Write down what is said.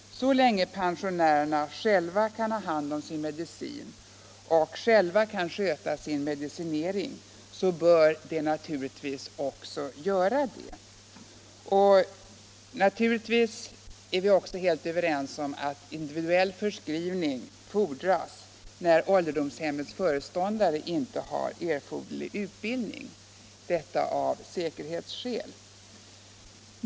Så länge pensionärerna själva kan handha sin medicin och sköta sin medicinering, bör de naturligtvis göra det. Naturligtvis är vi också helt överens om att individuell förskrivning fordras när ålderdomshemmets föreståndare inte har erforderlig utbildning, detta av säkerhetsskäl.